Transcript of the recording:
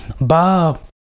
Bob